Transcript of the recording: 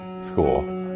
school